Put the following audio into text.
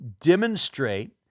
demonstrate